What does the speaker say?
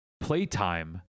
Playtime